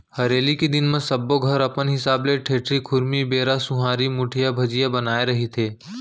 हरेली के दिन म सब्बो घर अपन हिसाब ले ठेठरी, खुरमी, बेरा, सुहारी, मुठिया, भजिया बनाए रहिथे